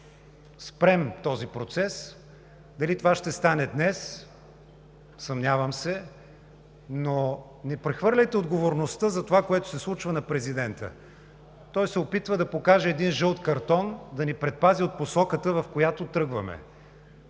спрем този процес. Дали това ще стане днес – съмнявам се, но не прехвърляйте отговорността за това, което се случва, на президента. Той се опитва да покаже един жълт картон, да ни предпази от посоката, в която тръгваме.